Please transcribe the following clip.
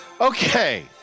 Okay